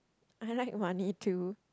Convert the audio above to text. I like money too